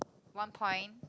one point